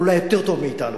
אולי יותר טוב מאתנו,